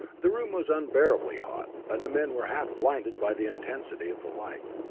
the room was unbearably hot, and the men were half blinded by the intensity of the light.